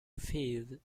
field